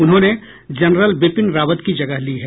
उन्होंने जनरल बिपिन रावत की जगह ली है